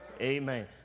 amen